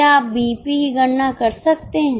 क्या आप बीईपी की गणना कर सकते हैं